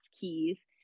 keys